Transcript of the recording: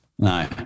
No